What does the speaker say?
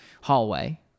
hallway